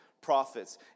prophets